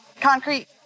concrete